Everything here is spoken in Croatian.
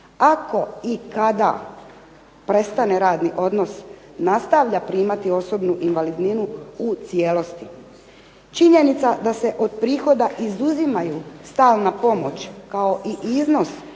Ako i kada prestane radni odnos nastavlja primati osobnu invalidninu u cijelosti. Činjenica da se od prihoda izuzimaju stalna pomoć kao i iznos